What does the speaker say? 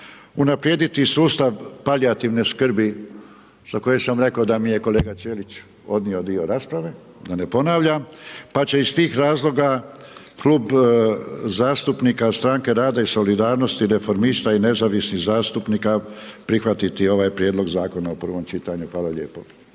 unaprijediti sustav palijativne skrbi za koju sam rekao da mi je kolega Ćelić odnio dio rasprave, da ne ponavljam, pa će iz tih razloga Klub zastupnika Strane rada i solidarnosti, Reformista i nezavisnih zastupnika prihvatiti ovaj prijedlog zakona u prvom čitanju. Hvala lijepo.